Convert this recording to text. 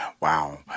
Wow